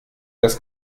das